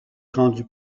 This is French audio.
rendues